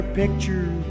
picture